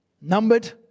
numbered